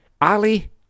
Ali